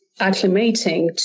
acclimating